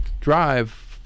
drive